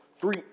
three